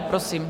Prosím.